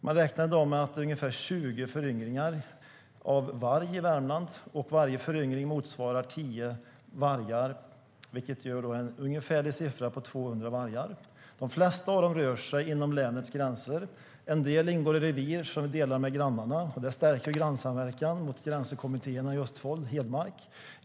Man räknar i dag med ungefär 20 föryngringar av varg i Värmland, och varje föryngring motsvarar 10 vargar, vilket gör en ungefärlig siffra på 200 vargar. De flesta av dem rör sig inom länets gränser. En del ingår i revir som vi delar med grannarna. Det stärker grannsamverkan i gränskommittéerna med Østfold och Hedmark.